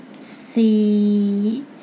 see